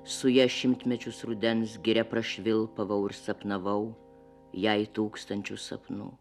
su ja šimtmečius rudens giria pašvilpavau ir sapnavau jai tūkstančius sapnų